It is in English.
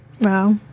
Wow